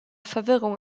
verwirrung